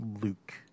Luke